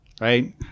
right